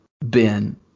Ben